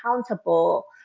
accountable